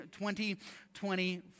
2024